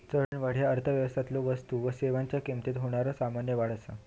चलनवाढ ह्या अर्थव्यवस्थेतलो वस्तू आणि सेवांच्यो किमतीत होणारा सामान्य वाढ असा